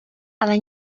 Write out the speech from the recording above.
ale